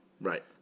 Right